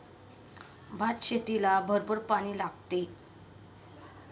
भातशेतीला भरपूर पाणी लागते